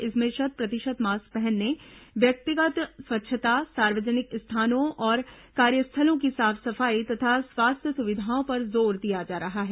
इसमें शत प्रतिशत मास्क पहनने व्यक्तिगत स्वच्छता सार्वजनिक स्थानों और कार्यस्थलों की साफ सफाई तथा स्वास्थ्य सुविधाओं पर जोर दिया जा रहा है